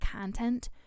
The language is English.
content